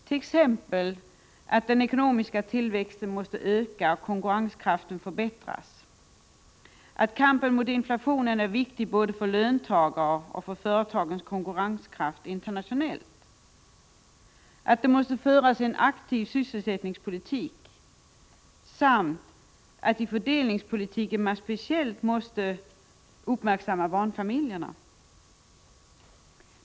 Man är överens om att den ekonomiska tillväxten måste öka och konkurrenskraften förbättras, att kampen mot inflationen är viktig såväl för löntagare som för företagens konkurrenskraft internationellt, att det måste föras en aktiv sysselsättningspolitik samt att speciellt barnfamiljerna måste uppmärksammas i fördelningspolitiken.